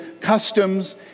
customs